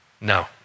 No